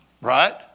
Right